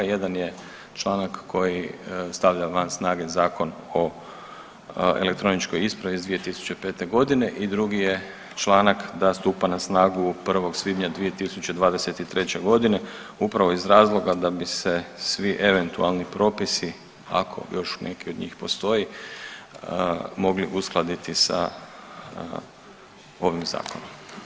Jedan je članak koji stavlja van snage Zakon o elektroničkoj ispravi iz 2005. godine i drugi je članak da stupa na snagu 1. svibnja 2023. godine upravo iz razloga da bi se svi eventualni propisi, ako još neki od njih postoji mogli uskladiti sa ovim zakonom.